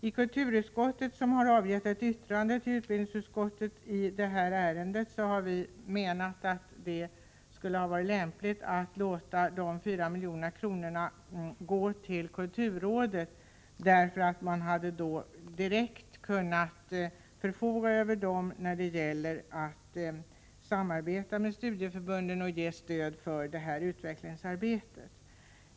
I kulturutskottet, som avgivit yttrande till utbildningsutskottet i detta ärende, har vi menat att det skulle varit lämpligare att låta dessa 4 miljoner gå till kulturrådet. Man hade då direkt kunnat förfoga över dem när det gäller att samarbeta med studieförbund och ge stöd för utvecklingsarbete.